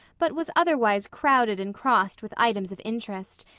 but was otherwise crowded and crossed with items of interest,